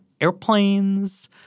airplanes